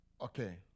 Okay